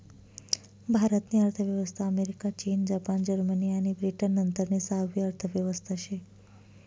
भारत नी अर्थव्यवस्था अमेरिका, चीन, जपान, जर्मनी आणि ब्रिटन नंतरनी सहावी अर्थव्यवस्था शे